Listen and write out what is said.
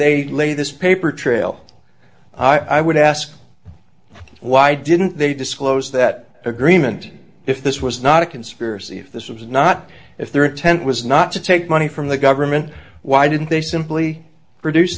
they lay this paper trail i would ask why didn't they disclose that agreement if this was not a conspiracy if this was not if their intent was not to take money from the government why didn't they simply reduce